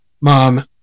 mom